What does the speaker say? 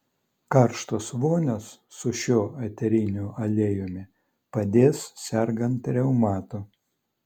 karštos vonios su šiuo eteriniu aliejumi padės sergant reumatu